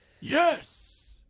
yes